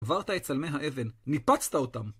עברת את צלמי האבן, ניפצת אותם!